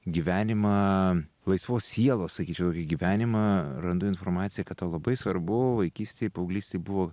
gyvenimą laisvos sielos sakyčiau tokį gyvenimą randu informaciją kad labai svarbu vaikystėj paauglystėj buvo